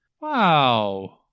Wow